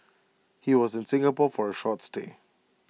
he was in Singapore for A short stay